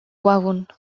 wagon